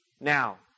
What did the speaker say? Now